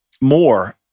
more